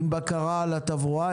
עם בקרה על התברואה,